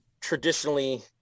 traditionally